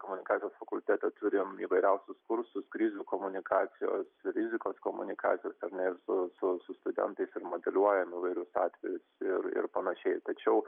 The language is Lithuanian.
komunikacijos fakultete turim įvairiausius kursus krizių komunikacijos rizikos komunikacijos ar ne ir su su su studentais ir modeliuojame įvairius atvejus ir ir panašiai tačiau